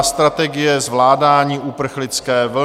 Strategie zvládání uprchlické vlny